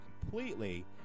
completely